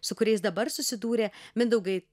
su kuriais dabar susidūrė mindaugai